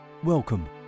Welcome